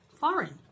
foreign